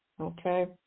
Okay